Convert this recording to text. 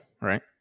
right